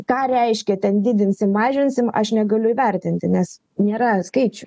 ką reiškia ten didinsim mažinsim aš negaliu įvertinti nes nėra skaičių